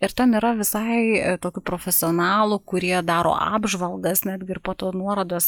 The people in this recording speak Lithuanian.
ir ten yra visai tokių profesionalų kurie daro apžvalgas netgi ir po to nuorodas